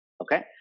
Okay